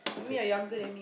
I mean you're younger than